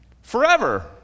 Forever